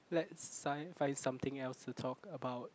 let's sigh find something else to talk about